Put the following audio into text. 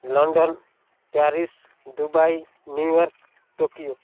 London Paris Dubai New York Tokyo